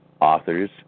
authors